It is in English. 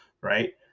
right